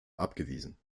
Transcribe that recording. abgewiesen